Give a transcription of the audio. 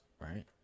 right